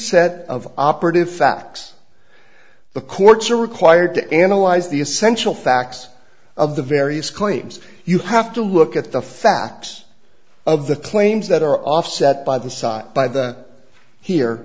set of operative facts the courts are required to analyze the essential facts of the various claims you have to look at the facts of the claims that are offset by the side by the here